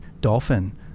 dolphin